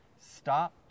Stop